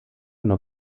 nur